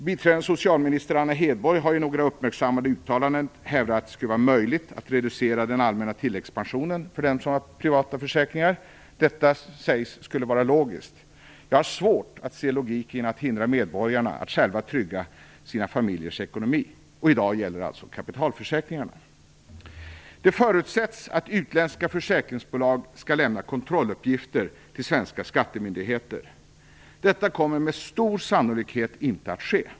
Biträdande socialminister Anna Hedborg har i några uppmärksammade uttalanden hävdat att det skulle vara möjligt att reducera den allmänna tilläggspensionen för dem som har privata försäkringar. Det sägs att detta skulle vara logiskt. Jag har svårt att se logiken i att hindra medborgarna från att själva trygga sina familjers ekonomi. Och i dag gäller det kapitalförsäkringarna. Det förutsätts att utländska försäkringsbolag skall lämna kontrolluppgifter till svenska skattemyndigheter. Detta kommer med stor sannolikhet inte att ske.